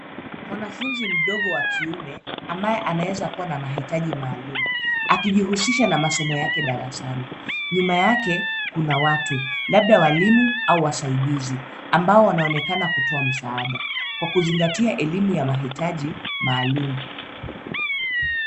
Mwanafuzi mdogo wa kiume ambaye anaweza kuwa na mahitaji maalum, akijihusisha na masomo yake darasani. Nyuma yake kuna watu labda walimu au wasaidizi ambao wanaonekana kutoa msaada kwa kuzingatia elimu ya mahitaji maalum.